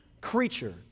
creature